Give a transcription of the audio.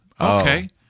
okay